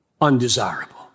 undesirable